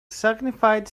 signified